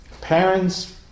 parents